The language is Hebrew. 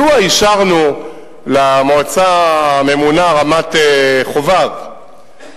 מדוע אישרנו למועצה הממונה, רמת-חובב,